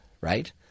right